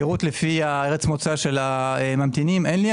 פירוט לפי ארץ מוצא של הממתינים אין לי.